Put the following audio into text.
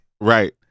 Right